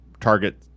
target